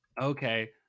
Okay